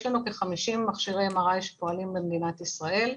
יש לנו כ-50 מכשירי MRI שפועלים במדינת ישראל,